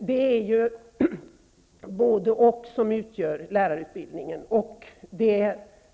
Det är ju både--och som utgör lärarutbildningen.